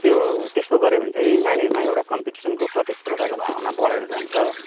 त्यो त्यस्तो गऱ्योभने चाहिँ नानीहरूमा एउटा कम्पिटिसनको प्रतिस्पर्धाको भावना बढेर जान्छ